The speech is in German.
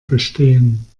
bestehen